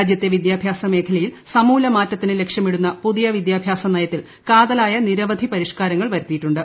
രാജ്യത്തെ വിദ്യാഭ്യാസ മേഖലയിൽ സമൂല മാറ്റത്തിനു ലക്ഷ്യമിടുന്ന പുതിയ വിദ്യാഭ്യാസ നയത്തിൽ കാതലായ നിരവധി പരിഷ്കാരങ്ങൾ വരുത്തിയിട്ടുണ്ട്